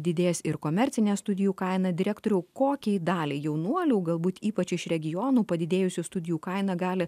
didės ir komercinė studijų kaina direktoriau kokiai daliai jaunuolių galbūt ypač iš regionų padidėjusių studijų kaina gali